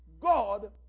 God